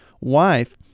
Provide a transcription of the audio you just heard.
wife